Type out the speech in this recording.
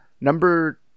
number